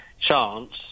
chance